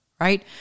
Right